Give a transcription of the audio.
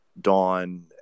Dawn